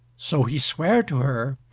so he sware to her,